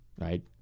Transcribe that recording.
right